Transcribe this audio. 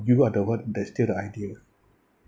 you are the one that steal the idea